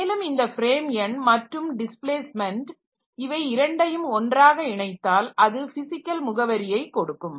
மேலும் இந்த ஃப்ரேம் எண் மற்றும் டிஸ்பிளேஸ்மெண்ட் இவை இரண்டையும் ஒன்றாக இணைத்தால் அது பிசிக்கல் முகவரியை கொடுக்கும்